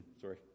sorry